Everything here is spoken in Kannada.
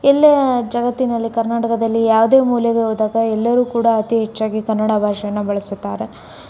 ಎಲ್ಲೇ ಜಗತ್ತಿನಲ್ಲಿ ಕರ್ನಾಟಕದಲ್ಲಿ ಯಾವುದೇ ಮೂಲೆಗೆ ಹೋದಾಗ ಎಲ್ಲರೂ ಕೂಡ ಅತಿ ಹೆಚ್ಚಾಗಿ ಕನ್ನಡ ಭಾಷೆಯನ್ನು ಬಳಸುತ್ತಾರೆ